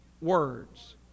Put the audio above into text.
words